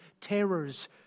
terrors